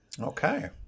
Okay